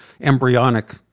embryonic